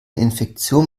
infektion